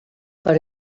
per